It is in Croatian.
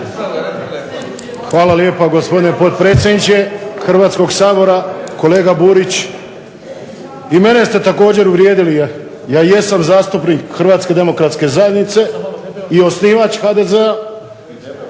Hvala lijepa gospodine potpredsjedniče Hrvatskog sabora, kolega Burić i mene ste također uvrijedili. Jer ja jesam zastupnik Hrvatske demokratske zajednice i osnivač HDZ-a